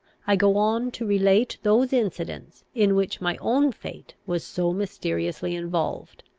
i go on to relate those incidents in which my own fate was so mysteriously involved.